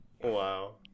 Wow